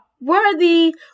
worthy